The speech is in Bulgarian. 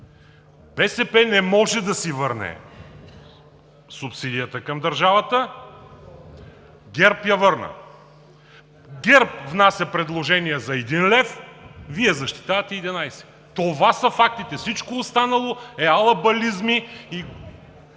БСП не може да си върне субсидията към държавата, ГЕРБ – я върна. ГЕРБ внася предложение за един лев, Вие защитавате 11 лв. Това са фактите! Всичко останало е алабализми.